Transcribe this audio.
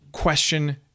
question